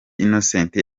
innocent